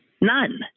None